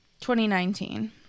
2019